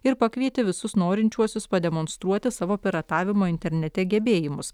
ir pakvietė visus norinčiuosius pademonstruoti savo piratavimo internete gebėjimus